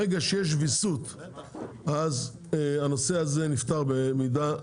ברגע שיש ויסות הנושא הזה נפתר במידה מסוימת.